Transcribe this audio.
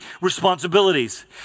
responsibilities